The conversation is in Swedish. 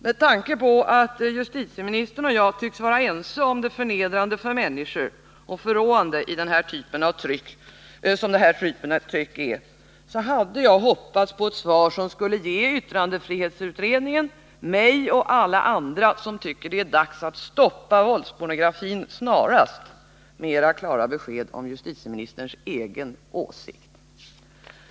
Med tanke på att justitieministern och jag tycks vara ense om det förnedrande för människor — och det förråande — i den här typen av tryck hade jag hoppats på ett svar som skulle ge tryckfrihetsutredningen, mig och alla andra som tycker att det är dags att stoppa våldspornografin snarast mera klara besked om justitieministerns egen åsikt.